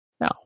No